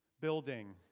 building